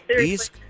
East